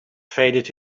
faded